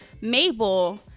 Mabel